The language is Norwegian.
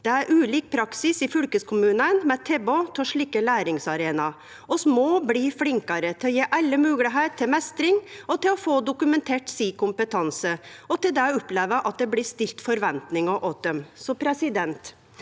Det er ulik praksis i fylkeskommunane med tilbod av slike læringsarenaer. Vi må bli flinkare til å gje alle moglegheit til meistring, til å få dokumentert eigen kompetanse og til å oppleve at det blir stilt forventningar til dei.